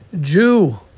Jew